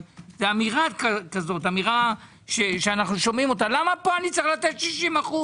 זו אמירה שאנו שומעים אותה למה פה אני צריך לתת 60%?